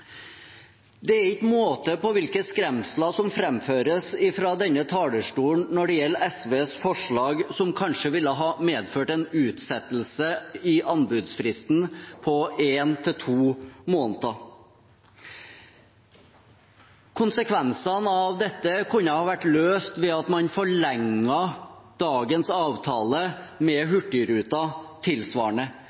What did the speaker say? Det er ikke måte på hvilke skremsler som framføres fra denne talerstolen når det gjelder SVs forslag, som kanskje ville ha medført en utsettelse av anbudsfristen på en eller to måneder. Konsekvensene av dette kunne ha vært løst ved at man forlenget dagens avtale med Hurtigruten tilsvarende.